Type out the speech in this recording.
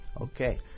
okay